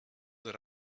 that